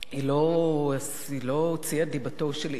היא לא הוציאה את דיבתו של איש,